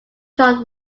short